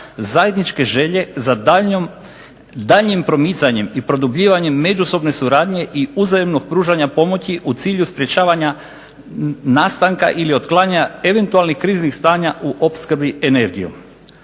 zajedničke želje za daljnjim promicanjem i produbljivanjem međusobne suradnje i uzajamnog pružanja pomoći u cilju sprječavanja nastanka ili otklanjanja eventualnih kriznih stanja u opskrbi energijom.